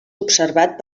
observat